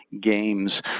games